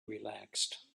relaxed